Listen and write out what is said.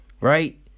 right